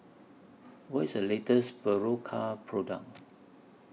What IS The latest Berocca Product